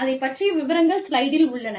அதைப் பற்றிய விவரங்கள் ஸ்லைடில் உள்ளன